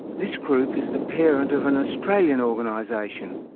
this group is the parent of an australian organisation,